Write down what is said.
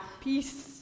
Peace